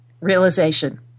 realization